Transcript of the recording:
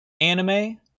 anime